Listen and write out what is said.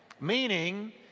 Meaning